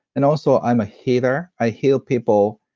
and also, i'm a healer. i heal people,